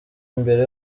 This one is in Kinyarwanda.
imbere